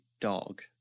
dog